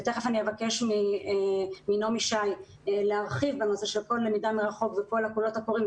ותיכף אני אבקש מנעמי שי להרחיב בנושא של הלמידה מרחוק והקולות הקוראים,